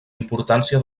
importància